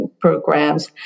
programs